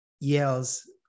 yells